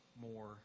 more